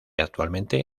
actualmente